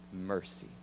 mercy